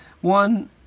one